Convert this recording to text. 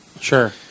Sure